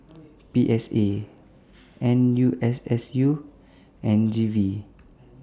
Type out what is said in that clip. P S A N U S S U and G V